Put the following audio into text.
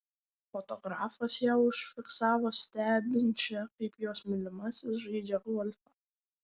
fotografas ją užfiksavo stebinčią kaip jos mylimasis žaidžią golfą